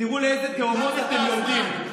תראו לאיזה תהומות אתם יורדים.